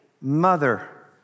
mother